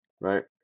right